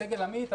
סגל עמית,